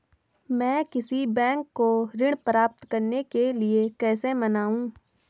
मैं किसी बैंक को ऋण प्राप्त करने के लिए कैसे मनाऊं?